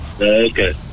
Okay